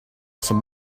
some